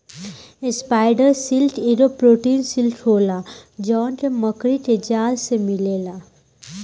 spider silk एगो protein silk होला जवन की मकड़ी के जाल से मिलेला